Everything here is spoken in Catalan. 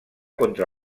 contra